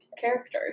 characters